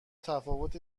تفاوت